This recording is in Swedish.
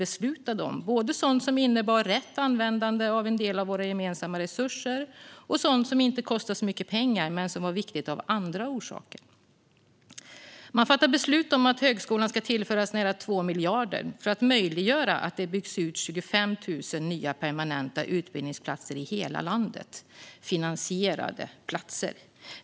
Det gäller såväl sådant som innebar ett riktigt användande av en del av våra gemensamma resurser som sådant som inte kostar så mycket pengar men som var viktigt av andra orsaker. Regeringen fattade beslut om att högskolan ska tillföras nära 2 miljarder för att göra det möjligt att bygga ut 25 000 nya, permanenta utbildningsplatser i hela landet. Det är fråga om finansierade platser.